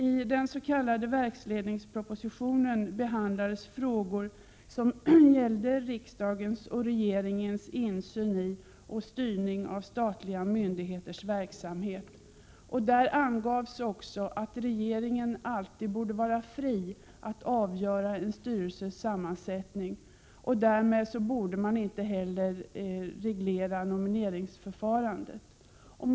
I den s.k. verksledningspropositionen behandlades frågor om riksdagens och regeringens insyn i och styrning av statliga myndigheters verksamhet. I den angavs också att regeringen alltid borde vara fri att avgöra en styrelses sammansättning. Därför borde inte heller nomineringsförfarandet regleras.